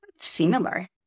similar